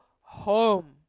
home